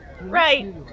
right